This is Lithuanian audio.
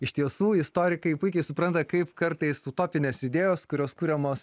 iš tiesų istorikai puikiai supranta kaip kartais utopinės idėjos kurios kuriamos